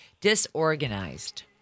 disorganized